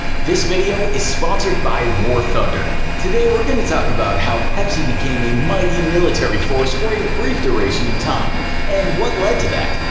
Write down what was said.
this video is sponsored by war thunder! today we're going to talk about how pepsi became a mighty military force for a brief duration in time and what lead to that,